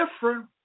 different